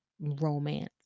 romance